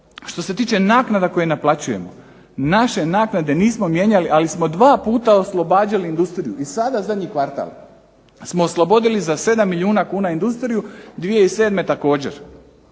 Što se tiče naknada koje naplaćujemo, naše naknade nismo mijenjali ali smo dva puta oslobađali industriju i sada zadnji kvartal smo oslobodili za 7 milijuna kuna industriju, 2007. također.